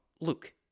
Luke